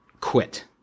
Quit